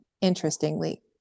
interestingly